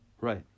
Right